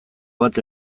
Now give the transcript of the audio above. bat